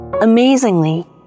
Amazingly